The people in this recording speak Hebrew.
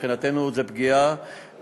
מבחינתנו זו פגיעה,